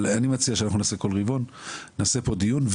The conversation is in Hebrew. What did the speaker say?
אבל אני מציע שכל רבעון נעשה פה דיון,